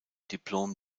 diplom